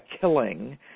killing